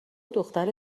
دختر